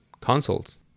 consoles